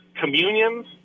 communion